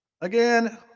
Again